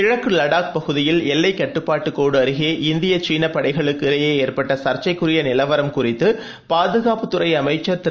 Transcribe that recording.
கிழக்கு வடாக் பகுதியில் எல்லைக் கட்டுப்பாடு கோடு அருகே இந்திய சீன படைகளுக்கிடையே ஏற்பட்ட சர்ச்சைக்குரிய நிலவரம் கருத்து பாதுகாப்புத் துறை அமைச்சர் திரு